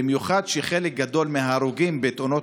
במיוחד כשחלק גדול מההרוגים בתאונות